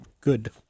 good